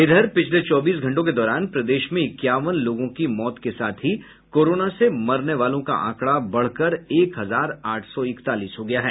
इधर पिछले चौबीस घंटों के दौरान प्रदेश में इक्यावन लोगों की मौत के साथ ही कोरोना से मरने वालों का आंकड़ा बढ़कर एक हजार आठ सौ इकतालीस हो गया है